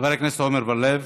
חבר הכנסת עמר בר-לב.